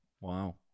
Wow